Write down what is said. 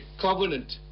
covenant